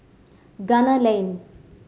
Gunner Lane